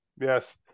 yes